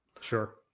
sure